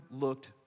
looked